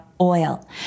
oil